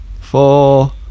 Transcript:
four